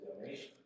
donation